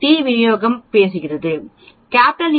D விநியோகம் பற்றி பேசுகிறோம்